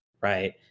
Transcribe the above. right